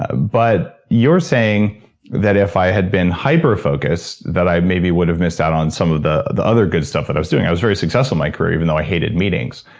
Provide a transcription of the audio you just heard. ah but you're saying that if i had been hyper-focused, that i maybe would have missed out on some of the the other good stuff that i was doing. i was very successful in my career, even though i hated meetings.